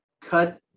cut